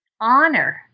honor